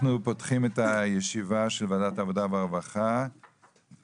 אנחנו פותחים את הישיבה של ועדת העבודה והרווחה להצעות